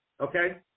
Okay